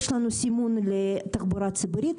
יש לנו סימון לתחבורה ציבורית.